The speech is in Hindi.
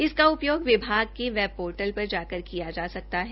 इसका उपयोग विभाग के वेब पोर्टल पर जाकर किया जा सकता है